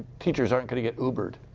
teachers aren't going to get ubered?